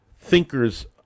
thinkers